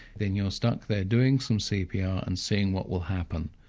then you're stuck there doing some cpr and seeing what will happen.